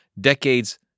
decades